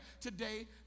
today